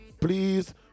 please